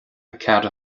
ceathair